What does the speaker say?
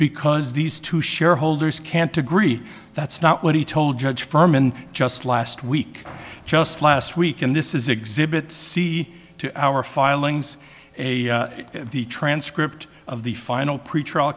because these two shareholders can't agree that's not what he told judge berman just last week just last week and this is exhibit c to our filings a the transcript of the final pretrial